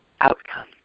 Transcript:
outcome